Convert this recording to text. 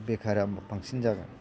बेखारा बांसिन जागोन